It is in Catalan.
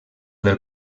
del